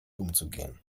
umzugehen